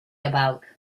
about